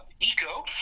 Eco